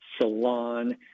salon